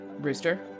Rooster